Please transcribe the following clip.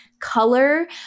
color